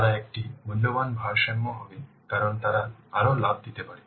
তারা একটি মূল্যবান ভারসাম্য হবে কারণ তারা আরও লাভ দিতে পারে